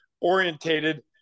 orientated